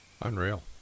Unreal